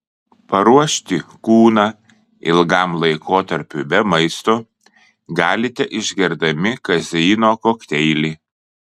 paruošti kūną ilgam laikotarpiui be maisto galite išgerdami kazeino kokteilį